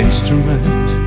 Instrument